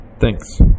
Thanks